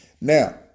Now